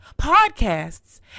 podcasts